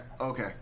Okay